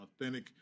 authentic